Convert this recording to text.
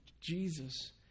Jesus